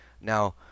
Now